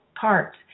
parts